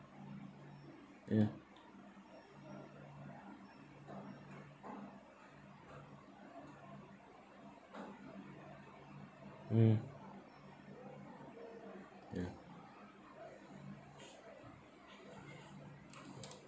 ya mm ya